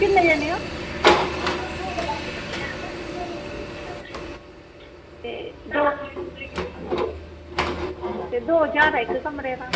किन्नियां देनियां ते दौ ज्हार ऐ इक्क कमरे दा